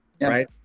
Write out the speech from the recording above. right